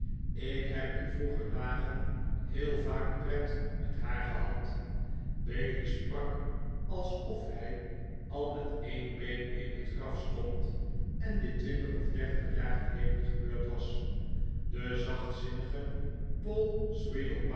ik heb in vroeger dagen heel vaak pret met haar gehad bailey sprak alsof hij al met een been in het graf stond en dit twintig of dertig jaar geleden gebeurd was de zachtzinnige paul sweedlepipe